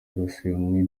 yarasiwe